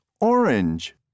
orange